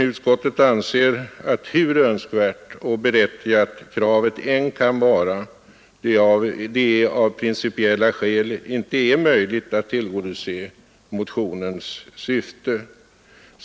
Utskottet anser att hur önskvärt och berättigat kravet än kan vara, är det av principiella skäl inte möjligt att tillgodose motionens syfte.